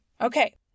Okay